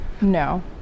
no